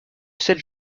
sept